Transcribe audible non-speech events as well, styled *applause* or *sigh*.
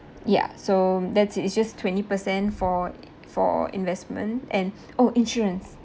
ya so that's it's just twenty percent for i~ for investment and *breath* oh insurance